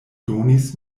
donis